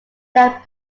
that